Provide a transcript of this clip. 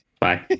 bye